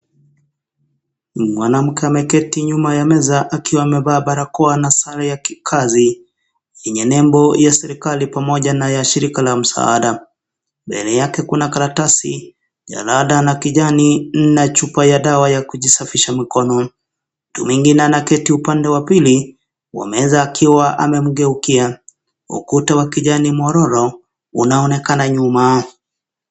Mwanamke ameketi nyuma ya meza akiwa amevaa barakoa na sare ya kikazi yenye nembo ya serikali pamoja na shirika la msaada. Mbele yake kuna karatasi, jalada la kijani na chupa ya dawa ya kujisafisha mikono. Mtu mwengine anaketi upande wa pili wa meza akiwa amemgeukia. Ukuta wa kijani mwororo unaonekana nyuma.